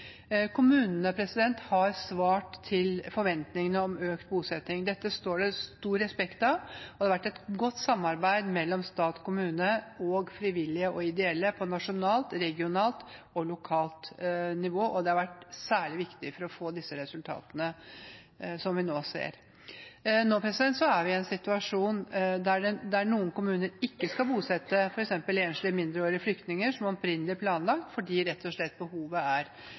har svart på forventningene om økt bosetting. Dette står det stor respekt av. Det har vært et godt samarbeid mellom stat, kommuner og frivillige/ideelle organisasjoner på nasjonalt, regionalt og lokalt nivå. Det har vært særlig viktig for å få resultatene som vi nå ser. Nå er vi i den situasjon at noen kommuner ikke skal bosette f.eks. enslige mindreårige flyktninger, som opprinnelig planlagt, rett og slett fordi behovet er